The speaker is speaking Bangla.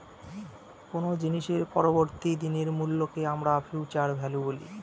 কোনো জিনিসের পরবর্তী দিনের মূল্যকে আমরা ফিউচার ভ্যালু বলি